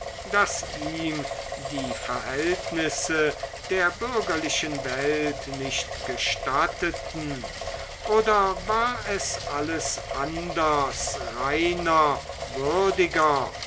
das ihm die verhältnisse der bürgerlichen welt nicht gestatteten oder war es alles anders reiner würdiger